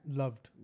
loved